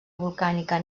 volcànica